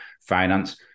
finance